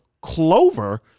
Clover